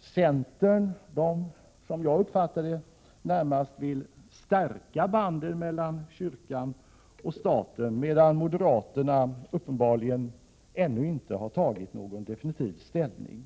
Centern vill, som jag uppfattat det, närmast stärka banden mellan kyrkan och staten, medan moderaterna uppenbarligen ännu inte har tagit någon definitiv ställning.